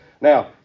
Now